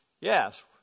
Yes